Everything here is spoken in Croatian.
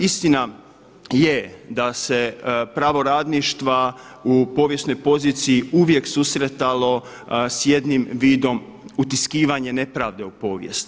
Istina je da se pravo radništva u povijesnoj poziciji uvijek susretalo s jednim vidom utiskivanje nepravde u povijest.